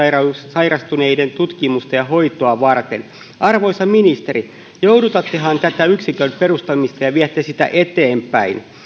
sairastuneiden tutkimusta ja hoitoa varten arvoisa ministeri joudutattehan tätä yksikön perustamista ja viette sitä eteenpäin